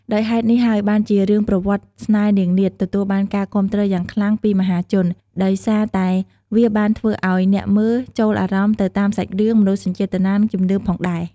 ដោយហេតុនេះហើយបានជារឿងប្រវត្តិស្នេហ៍នាងនាថទទួលបានការគាំទ្រយ៉ាងខ្លាំងពីមហាជន ដោយសារតែវាបានធ្វើអោយអ្នកមើលចូលអារម្មណ៍ទៅតាមសាច់រឿង មនោសញ្ចេតនា និងជំនឿផងដែរ ។